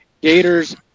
gators